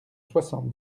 soixante